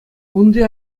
унти